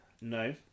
No